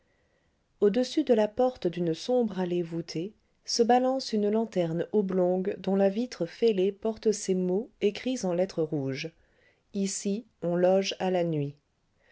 au-dessus de la porte d'une sombre allée voûtée se balance une lanterne oblongue dont la vitre fêlée porte ces mots écrits en lettres rouges ici on loge à la nuit